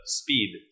speed